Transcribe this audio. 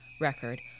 record